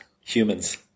Humans